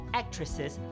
actresses